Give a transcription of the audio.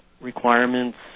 requirements